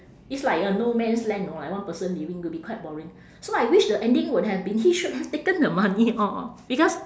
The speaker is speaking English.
it's like a no man's land know like one person living will be quite boring so I wish the ending would have been he should have taken the money orh because